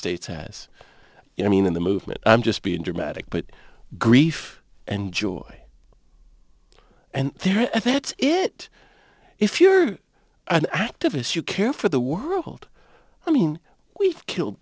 states has you know mean in the movement i'm just being dramatic but grief and joy and there that's it if you're an activist you care for the world i mean we killed